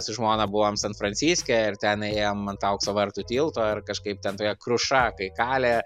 su žmona buvom san franciske ir ten ėjam ant aukso vartų tilto ar kažkaip ten tokia kruša kai kalė